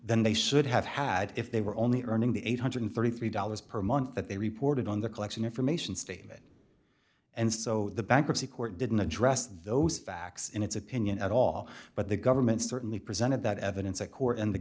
than they should have had if they were only earning the eight hundred and thirty three dollars per month that they reported on the collection information statement and so the bankruptcy court didn't address those facts in its opinion at all but the government certainly presented that evidence at court and the